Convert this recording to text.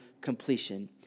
completion